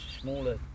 smaller